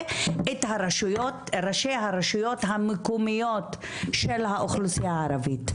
ואת ראשי הרשויות המקומיות של האוכלוסייה הערבית,